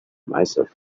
myself